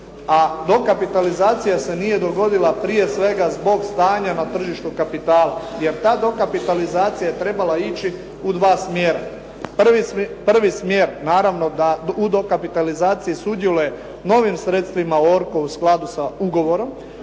a dokapitalizacija se nije dogodila prije svega zbog stanja na tržišta kapitala jer ta dokapitalizacija je trebala ići u dva smjera. Prvi smjer naravno da u dokapitalizaciji sudjeluje novim sredstvima "ORCO" u skladu sa ugovorom.